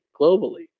globally